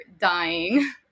dying